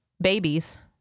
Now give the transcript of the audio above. babies